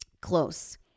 close